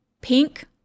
Pink